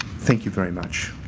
thank you very much.